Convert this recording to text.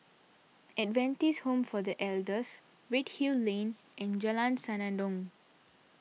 Adventist Home for the Elders Redhill Lane and Jalan Senandong